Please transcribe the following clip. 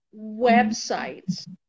websites